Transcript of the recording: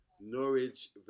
Norwich